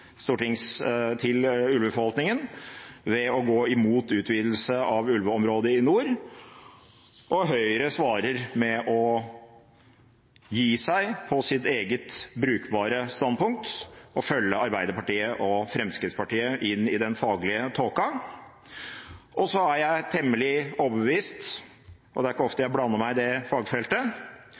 ulveforvaltningen, ved å gå imot utvidelse av ulveområdet i nord, og Høyre svarer med å gi seg på sitt eget brukbare standpunkt og følge Arbeiderpartiet og Fremskrittspartiet inn i den faglige tåka. Jeg er også temmelig overbevist – og det er ikke ofte jeg blander meg inn i det fagfeltet